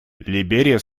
либерия